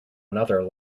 another